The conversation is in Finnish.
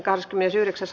asia